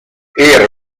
era